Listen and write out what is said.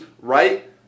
right